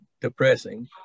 depressing